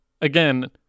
again